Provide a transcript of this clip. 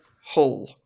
Hull